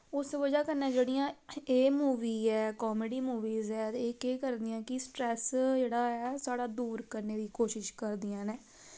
उस बजा कन्नै जेह्ड़ियां एह् मूवी ऐ कामेडी मूवीस ऐ ते एह् केह् करदियां कि स्ट्रेस जेह्ड़ा ऐ साढ़ा दूर करने दी कोशिश करदियां नै